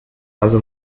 also